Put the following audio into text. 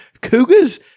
Cougars